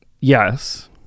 Yes